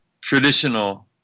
traditional